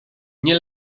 nie